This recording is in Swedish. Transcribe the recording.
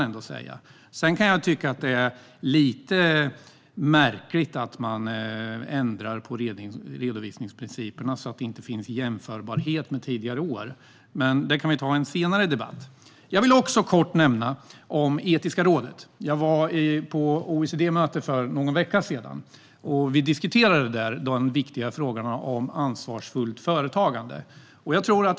Sedan kan jag tycka att det är lite märkligt att man ändrar på redovisningsprinciperna så att det inte går att göra jämförelser med tidigare år, men det kan vi ta i en senare debatt. Jag vill också kort nämna Etikrådet. Jag var på OECD-möte för någon vecka sedan, och vi diskuterade där de viktiga frågorna om ansvarsfullt företagande.